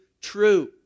True